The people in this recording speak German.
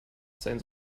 sein